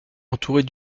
entourés